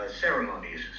ceremonies